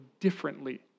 differently